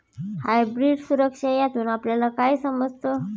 Hybrid सुरक्षा यातून आपल्याला काय समजतं?